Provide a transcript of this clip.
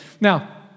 now